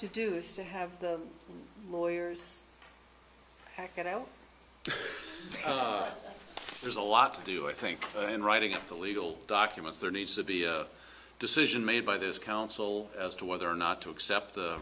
to do is to have the lawyers get out there's a lot to do i think in writing up the legal documents there needs to be a decision made by this council as to whether or not to accept the